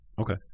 Okay